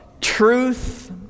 Truth